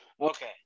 Okay